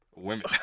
Women